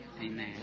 Amen